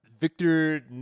Victor